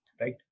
right